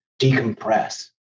decompress